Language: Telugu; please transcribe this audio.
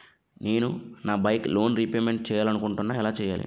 నేను నా బైక్ లోన్ రేపమెంట్ చేయాలనుకుంటున్నా ఎలా చేయాలి?